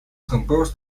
composed